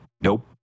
Nope